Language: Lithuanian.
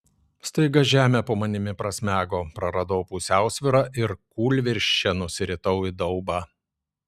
staiga žemė po manimi prasmego praradau pusiausvyrą ir kūlvirsčia nusiritau į daubą